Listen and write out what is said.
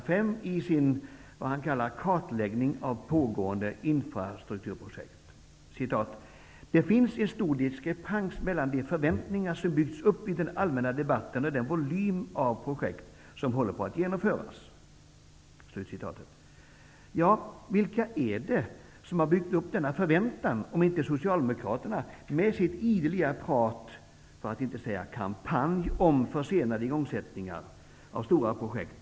5 i sin, som han kallar, ''Kartläggning av pågående infrastrukturprojekt'': ''Det finns en stor diskrepans mellan de förväntningar som byggts upp i den allmänna debatten och den volym av infrastrukturprojekt som håller på att genomföras.'' Ja, vilka är det som har byggt upp denna förväntan om inte Socialdemokraterna med sitt ideliga tal -- för att inte säga kampanj -- om försenade igångsättningar av stora projekt.